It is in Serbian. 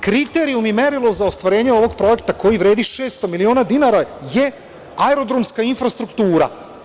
Kriterijum i merilo za ostvarenje ovog projekta, koji vredi 600 miliona dinara, je aerodromska infrastruktura.